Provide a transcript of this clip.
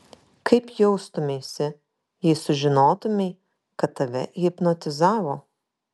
kaip jaustumeisi jei sužinotumei kad tave hipnotizavo